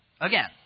again